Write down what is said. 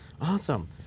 awesome